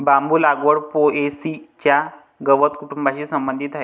बांबू लागवड पो.ए.सी च्या गवत कुटुंबाशी संबंधित आहे